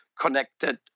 connected